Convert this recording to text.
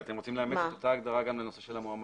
אתם רוצים לאמץ את אותה הגדרה גם לנושא של המועמד?